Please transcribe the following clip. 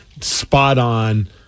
spot-on